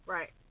Right